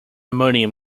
ammonium